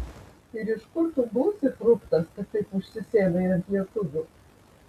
ir iš kur tu būsi fruktas kad taip užsisėdai ant lietuvių